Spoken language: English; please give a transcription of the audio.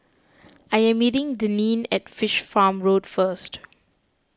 I am meeting Deneen at Fish Farm Road first